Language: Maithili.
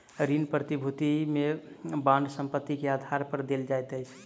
ऋण प्रतिभूति में बांड संपत्ति के आधार पर देल जाइत अछि